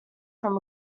from